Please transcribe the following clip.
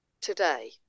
today